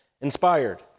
inspired